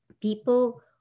people